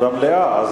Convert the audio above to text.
במליאה.